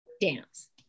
dance